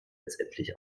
letztendlich